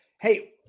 Hey